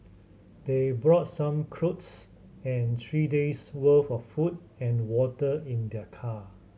they brought some clothes and three days worth of food and water in their car